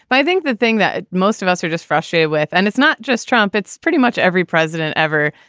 but i think the thing that most of us are just frustrated with and it's not just trump, it's. pretty much every president ever.